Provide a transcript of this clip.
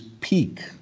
peak